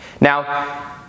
Now